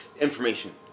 information